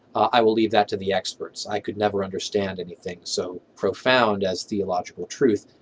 i will leave that to the experts. i could never understand anything so profound as theological truth.